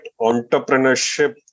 entrepreneurship